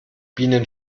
bienen